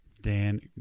Dan